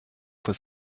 for